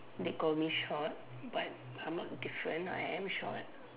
they call me short but I'm not different I am short